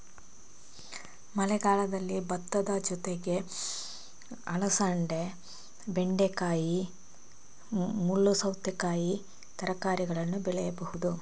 ಮಳೆಗಾಲದಲ್ಲಿ ಭತ್ತದ ಜೊತೆ ಯಾವೆಲ್ಲಾ ತರಕಾರಿಗಳನ್ನು ಬೆಳೆಯಬಹುದು?